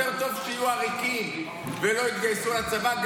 יותר טוב שיהיו עריקים ולא יתגייסו לצבא,